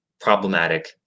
problematic